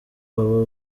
baba